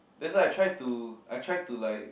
that's why I try to I try to like